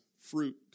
fruit